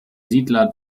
siedler